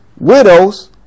widows